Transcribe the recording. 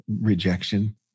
rejection